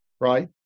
right